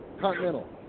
Continental